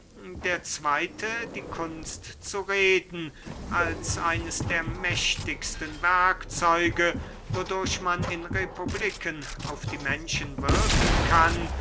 der zweyte die kunst zu reden als eines der mächtigsten werkzeuge wodurch man in republiken auf die menschen wirken kann